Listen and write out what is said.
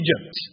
Egypt